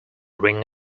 ring